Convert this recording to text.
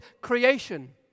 creation